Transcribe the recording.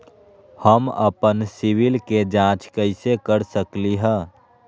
हम अपन सिबिल के जाँच कइसे कर सकली ह?